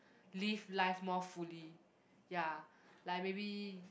live life more fully ya like maybe